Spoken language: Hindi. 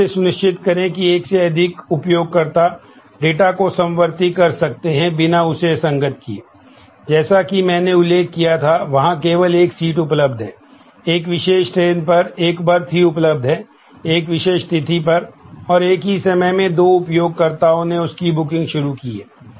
तो कैसे सुनिश्चित करें कि एक से अधिक उपयोगकर्ता डेटा को समवर्ती कर सकते हैं बिना उसे असंगत किए जैसा कि मैंने उल्लेख किया था वहाँ केवल एक सीट उपलब्ध है एक विशेष ट्रेन पर एक बर्थ ही उपलब्ध है एक विशेष तिथि पर और एक ही समय में दो उपयोगकर्ताओं ने उसकी बुकिंग शुरू की है